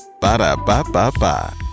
Ba-da-ba-ba-ba